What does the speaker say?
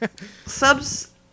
Subs